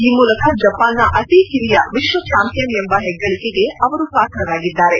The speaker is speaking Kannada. ಈ ಮೂಲಕ ಜಪಾನ್ನ ಅತಿ ಕಿರಿಯ ವಿಶ್ವ ಚಾಂಪಿಯನ್ ಎಂಬ ಹೆಗ್ಗಳಿಕೆಗೆ ಅವರು ಪಾತ್ರರಾಗಿದ್ದಾರೆ